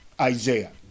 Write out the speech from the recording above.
Isaiah